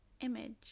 image